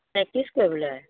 practice কৰিবলৈ